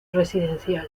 residencial